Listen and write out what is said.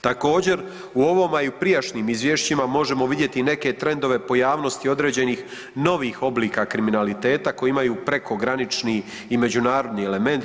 Također u ovom a i u prijašnjim izvješćima možemo vidjeti neke trendove pojavnosti određenih novih oblika kriminaliteta koji imaju prekogranični i međunarodni element.